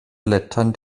lettern